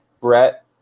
Brett